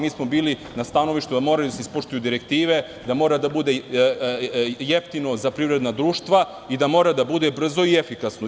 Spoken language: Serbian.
Mi smo bili stanovišta da su morale da se ispoštuju direktive, da je moralo da bude jeftino za privredna društva i da mora da bude brzo i efikasno.